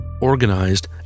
organized